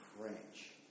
French